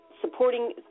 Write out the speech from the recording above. supporting